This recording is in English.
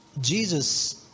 Jesus